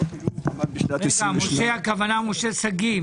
משה שגיא,